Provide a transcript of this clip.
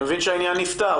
אני מבין שהעניין נפתר,